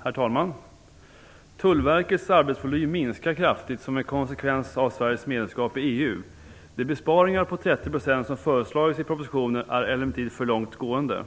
Herr talman! Tullverkets arbetsvolym minskar kraftigt som en konsekvens av Sveriges medlemskap i EU. De besparingar på 30 % som föreslagits i propositionen är emellertid för långtgående.